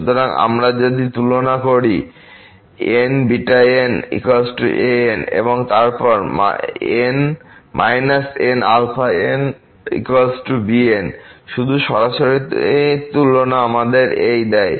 সুতরাং যদি আমরা তুলনা করি n βnan এবং তারপর nαnbn শুধু সরাসরি তুলনা আমাদের এই দেয়